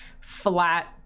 flat